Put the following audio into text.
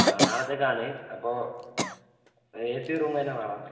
ആ നാളെത്തേക്കാണ് അപ്പോൾ ഏ സി റൂമ് തന്നെ വേണം